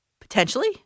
Potentially